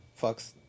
fucks